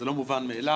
זה לא מובן מאליו,